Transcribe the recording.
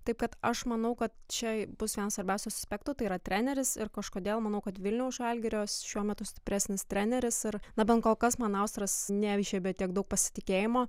taip kad aš manau kad čia bus vienas svarbiausių aspektų tai yra treneris ir kažkodėl manau kad vilniaus žalgirio šiuo metu stipresnis treneris ir na bent kol kas man austras neįžiebė bet tiek daug pasitikėjimo